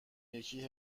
یکی